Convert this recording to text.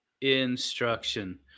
instruction